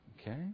Okay